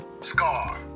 Scar